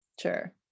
sure